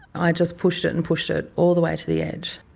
i just pushed it and pushed it all the way to the edge.